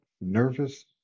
nervous